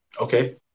okay